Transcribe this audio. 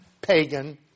pagan